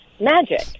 magic